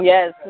Yes